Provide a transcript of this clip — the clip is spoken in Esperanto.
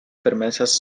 permesas